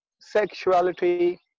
sexuality